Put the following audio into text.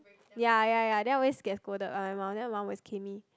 ya ya ya then I always get scolded one my mum then my mum always cane me